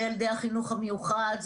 ילדי החינוך המיוחד,